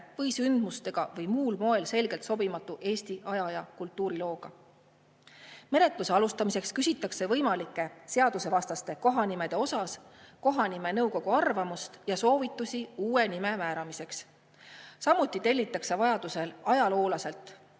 või sündmustega või muul moel selgelt sobimatu Eesti aja- ja kultuurilooga. Menetluse alustamiseks küsitakse võimalike seadusevastaste kohanimede kohta kohanimenõukogu arvamust ja soovitusi uue nime määramiseks. Samuti tellitakse vajaduse korral ajaloolastelt